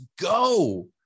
go